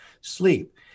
sleep